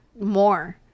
more